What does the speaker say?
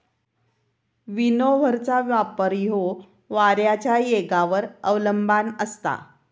विनोव्हरचो वापर ह्यो वाऱ्याच्या येगावर अवलंबान असता